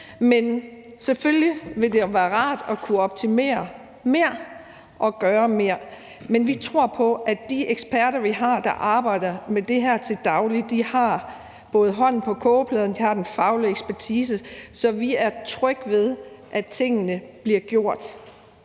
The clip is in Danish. Selvfølgelig ville det være rart at kunne optimere mere og gøre mere, men vi tror på, at de eksperter, vi har, der arbejder med det her til daglig, både har hånden på kogepladen og har den faglige ekspertise, så vi er trygge ved, at tingene bliver gjort